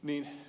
niin